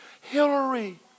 Hillary